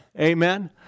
amen